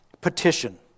petition